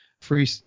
free